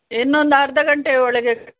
ಇನೊಂದು ಅರ್ಧ ಗಂಟೆ ಒಳಗೆ